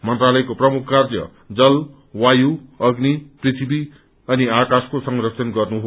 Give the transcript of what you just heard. मन्त्रालयको प्रमुख कार्य जल वायु अग्नि पृथ्वी अनि आकाशको संरक्षण गर्नु हो